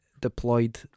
deployed